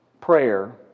Prayer